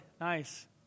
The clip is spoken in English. nice